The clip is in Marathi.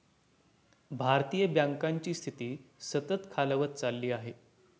भारतीय बँकांची स्थिती सतत खालावत चालली आहे